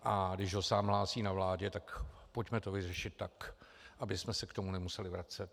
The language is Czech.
A když ho sám hlásí na vládě, tak pojďme to vyřešit tak, abychom se k tomu nemuseli vracet.